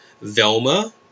Velma